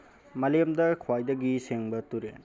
ꯃꯥꯂꯦꯝꯗ ꯈ꯭ꯋꯥꯏꯗꯒꯤ ꯁꯦꯡꯕ ꯇꯨꯔꯦꯜ